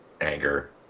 anger